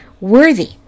worthy